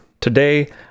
today